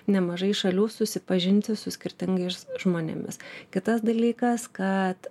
nemažai šalių susipažinti su skirtingais žmonėmis kitas dalykas kad